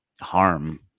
harm